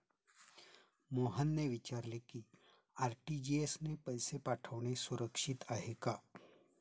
मोहनने विचारले की आर.टी.जी.एस ने पैसे पाठवणे सुरक्षित आहे का?